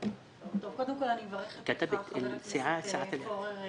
קודם כול אני מברכת אותך, חבר הכנסת פורר,